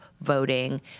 voting